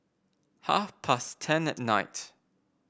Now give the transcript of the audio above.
half past ten at night